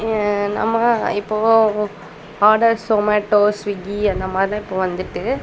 நம்ம இப்போது ஆடர் சொமேட்டோ ஸ்விக்கி அந்த மாதிரிலாம் இப்போ வந்துட்டு